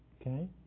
Okay